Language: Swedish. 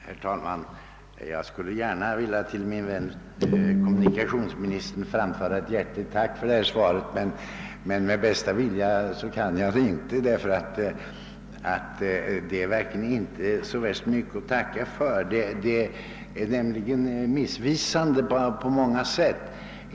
Herr talman! Jag skulle gärna ha framfört ett hjärtligt tack till min vän kommunikationsministern för det svar jag fått, men det kan jag inte med bästa vilja i världen göra. Det är nämligen inte mycket att tacka för. Svaret är missvisande på många sätt.